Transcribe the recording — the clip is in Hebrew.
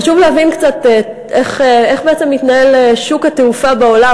חשוב להבין קצת איך בעצם מתנהל שוק התעופה בעולם,